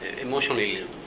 emotionally